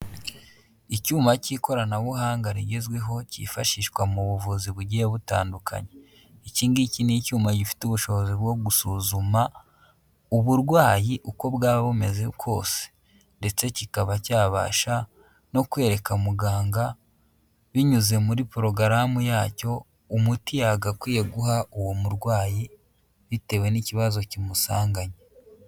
Icyuma cy'ikoranabuhanga rigezweho cyifashishwa mu buvuzi bugiye butandukanye. Iki ngiki ni icyuma gifite ubushobozi bwo gusuzuma uburwayi uko bwaba bumeze kose. Ndetse kikaba cyabasha no kwereka muganga binyuze muri porogaramu yacyo, umuti yagakwiye guha uwo murwayi, bitewe n'ikibazo kimusanganye.